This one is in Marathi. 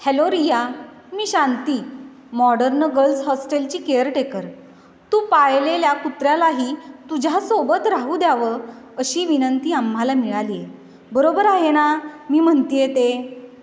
हॅलो रिया मी शांती मॉडर्न गर्ल्स हॉस्टेलची केअर टेकर तू पाळलेल्या कुत्र्यालाही तुझ्यासोबत राहू द्यावं अशी विनंती आम्हाला मिळाली आहे बरोबर आहे ना मी म्हणत आहे ते